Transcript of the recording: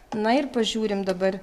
na ir pažiūrim dabar